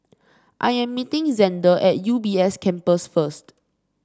I am meeting Zander at U B S Campus first